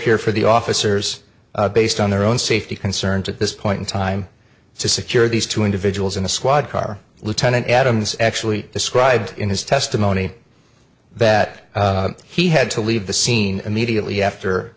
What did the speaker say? here for the officers based on their own safety concerns at this point in time to secure these two individuals in the squad car lieutenant adams actually described in his testimony that he had to leave the scene immediately after